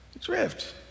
Drift